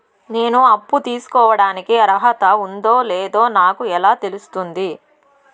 నేను అప్పు తీసుకోడానికి అర్హత ఉందో లేదో నాకు ఎలా తెలుస్తుంది?